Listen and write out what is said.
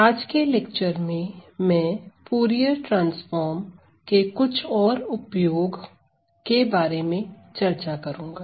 आज के लेक्चर में मैं फूरिये ट्रांसफॉर्म के कुछ और उपयोग के बारे में चर्चा करूंगा